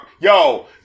Yo